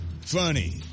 funny